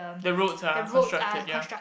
the roads are constructed ya